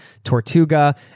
tortuga